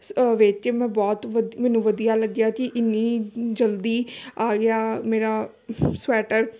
ਸ ਵੇਖ ਕੇ ਮੈਂ ਬਹੁਤ ਵਧੀ ਮੈਨੂੰ ਵਧੀਆ ਲੱਗਿਆ ਕਿ ਇੰਨੀ ਜਲਦੀ ਆ ਗਿਆ ਮੇਰਾ ਸਵੈਟਰ